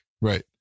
Right